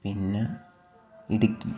പിന്ന ഇടുക്കി